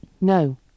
no